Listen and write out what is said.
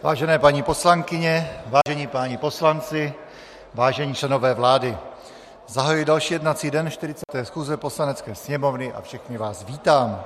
Vážené paní poslankyně, vážení páni poslanci, vážení členové vlády, zahajuji další jednací den 40. schůze Poslanecké sněmovny a všechny vás vítám.